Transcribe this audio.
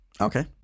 Okay